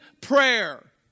prayer